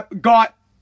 got